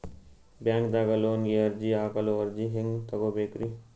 ಬ್ಯಾಂಕ್ದಾಗ ಲೋನ್ ಗೆ ಅರ್ಜಿ ಹಾಕಲು ಅರ್ಜಿ ಹೆಂಗ್ ತಗೊಬೇಕ್ರಿ?